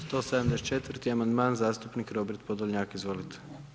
174. amandman zastupnika Roberta Podolnjka, izvolite.